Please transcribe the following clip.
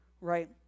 right